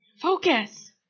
Focus